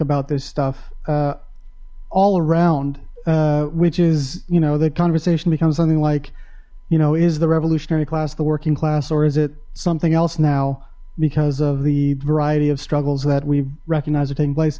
about this stuff all around which is you know the conversation becomes something like you know is the revolutionary class the working class or is it something else now because of the variety of struggles that we recognize a taking place